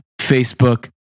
Facebook